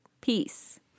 Peace